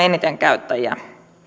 eniten käyttäjiä